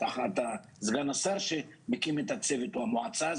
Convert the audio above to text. תחת סגן השר שמקים את הצוות או המועצה,